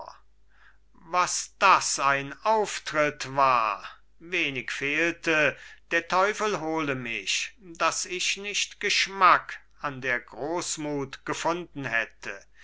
was das ein auftritt war wenig fehlte der teufel hole mich daß ich nicht geschmack an der großmut gefunden hätte